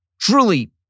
Truly